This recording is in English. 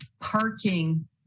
parking